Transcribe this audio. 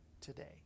today